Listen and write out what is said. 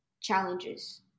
challenges